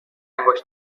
انگشتر